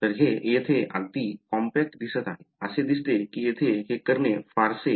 तर हे येथे अगदी कॉम्पॅक्ट दिसत आहे असे दिसते की येथे हे करणे फारसे नाही